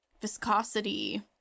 Viscosity